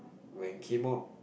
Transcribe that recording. when came out